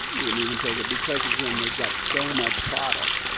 wouldn't even take it because, again, they've got so much product,